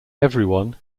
everyone